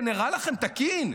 זה נראה לכם תקין?